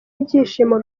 ibyishimo